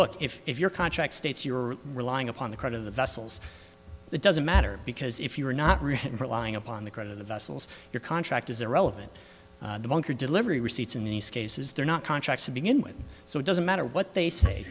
look if if your contract states you're relying upon the credit of the vessels it doesn't matter because if you are not really relying upon the credit of the vessels your contract is irrelevant the bunker delivery receipts in these cases they're not contracts to begin with so it doesn't matter what they say